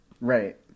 Right